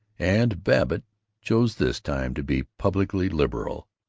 and babbitt chose this time to be publicly liberal.